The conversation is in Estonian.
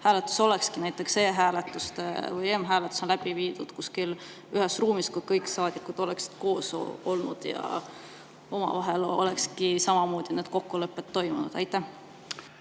hääletus oleks olnud näiteks e-hääletus või m-hääletus oleks läbi viidud kuskil ühes ruumis, kus kõik saadikud oleksid koos olnud ja omavahel olekski samamoodi need kokkulepped toimunud? Aitäh,